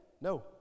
No